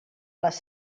les